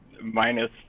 minus